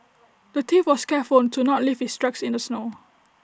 the thief was careful to not leave his tracks in the snow